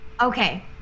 Okay